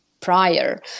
prior